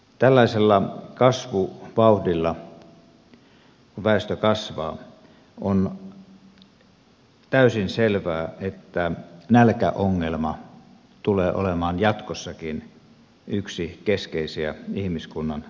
tällaisella kasvuvauhdilla kun väestö kasvaa on täysin selvää että nälkäongelma tulee olemaan jatkossakin yksi keskeisiä ihmiskunnan ongelmia